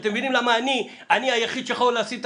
אתם מבינים למה אני היחיד שיכול לשים את